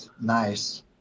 Nice